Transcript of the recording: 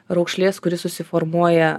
raukšlės kuri susiformuoja